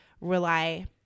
rely